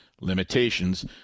limitations